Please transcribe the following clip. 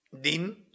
din